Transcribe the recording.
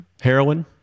Heroin